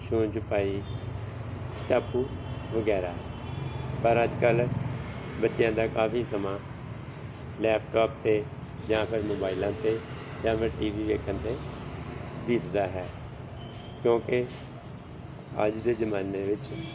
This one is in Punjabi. ਛੂਹਣ ਛੁਪਾਈ ਸਟਾਪੂ ਵਗੈਰਾ ਪਰ ਅੱਜ ਕੱਲ੍ਹ ਬੱਚਿਆਂ ਦਾ ਕਾਫੀ ਸਮਾਂ ਲੈਪਟੋਪ 'ਤੇ ਜਾਂ ਫਿਰ ਮੋਬਾਈਲਾਂ 'ਤੇ ਜਾਂ ਫਿਰ ਟੀ ਵੀ ਵੇਖਣ 'ਤੇ ਬੀਤਦਾ ਹੈ ਕਿਉਂਕਿ ਅੱਜ ਦੇ ਜ਼ਮਾਨੇ ਵਿੱਚ